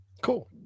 cool